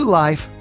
life